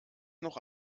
noch